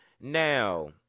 now